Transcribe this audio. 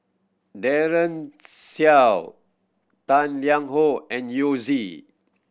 Daren Shiau Tang Liang Hong and Yao Zi